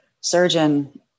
surgeon